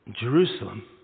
Jerusalem